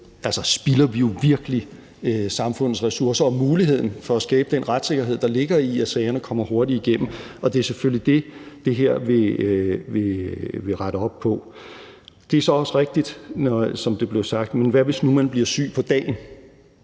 måde spilder vi jo virkelig samfundets ressourcer og muligheden for at skabe den retssikkerhed, der ligger i, at sagerne kommer hurtigt igennem. Det er selvfølgelig det, som det her vil rette op på. Det er så rigtigt, som det blev sagt: Hvad nu, hvis man bliver syg på dagen?